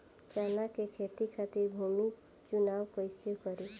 चना के खेती खातिर भूमी चुनाव कईसे करी?